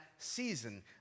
season